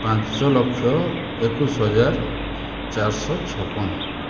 ପାଞ୍ଚଲକ୍ଷ ଏକୋଇଶହଜାର ଚାରିଶହ ଛପନ